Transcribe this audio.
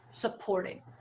supporting